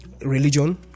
religion